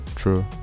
true